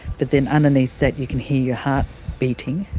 but then underneath that you can hear your heart beating.